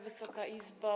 Wysoka Izbo!